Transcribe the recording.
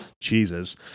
Jesus